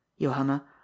Johanna